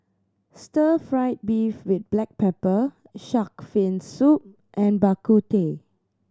stir fried beef with black pepper shark fin soup and Bak Kut Teh